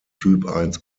typ